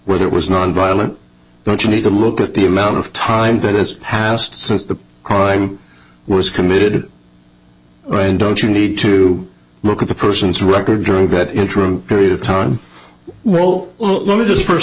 that was nonviolent but you need to look at the amount of time that is passed since the crime was committed and don't you need to look at the person's record during that interim period of time roll well let me just first